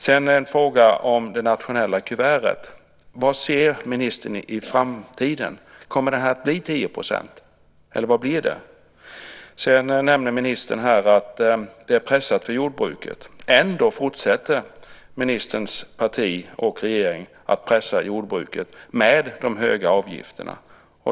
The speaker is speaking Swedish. Sedan har jag en fråga om det nationella kuvertet. Vad ser ministern i framtiden? Kommer det att bli 10 %, eller vad blir det? Ministern nämnde att det är pressat för jordbruket. Ändå fortsätter ministerns parti och regeringen att pressa jordbruket med de höga avgifterna.